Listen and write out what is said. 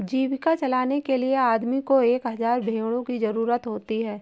जीविका चलाने के लिए आदमी को एक हज़ार भेड़ों की जरूरत होती है